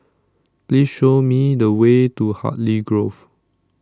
Please Show Me The Way to Hartley Grove